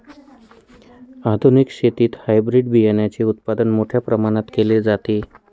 आधुनिक शेतीत हायब्रिड बियाणाचे उत्पादन मोठ्या प्रमाणात केले जाते